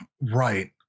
right